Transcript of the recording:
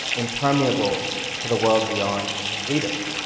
impermeable to the world beyond and his readers.